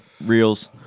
reels